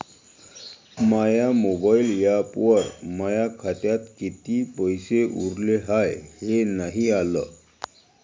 माया mobile ॲपवर माया खात्यात किती पैसे उरले हाय हे नाही आलं